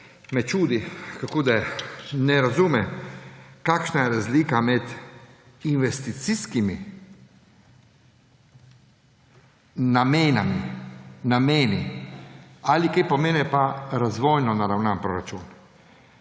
me čudi, kako da ne razume, kakšna je razlika med investicijskimi nameni in razvojno naravnanim proračunom.